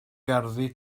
gerddi